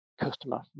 customer